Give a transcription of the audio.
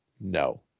no